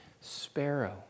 sparrow